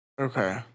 Okay